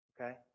Okay